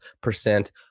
percent